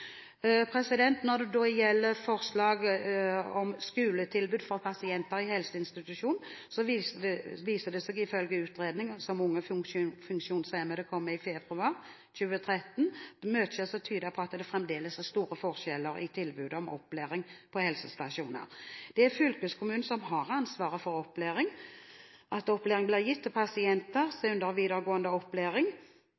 Når det gjelder forslag om skoletilbud for pasienter i helseinstitusjon, viser det seg ifølge en utredning som Unge Funksjonshemmede kom med i februar 2013, at mye tyder på at det fremdeles er store forskjeller i tilbudet om opplæring på helseinstitusjoner. Det er fylkeskommunen som har ansvar for at opplæring blir gitt til pasienter